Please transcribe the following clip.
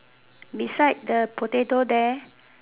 beside the potato there